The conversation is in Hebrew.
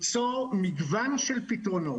הפתוחה ניסתה למצוא את מגוון הפתרונות,